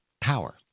power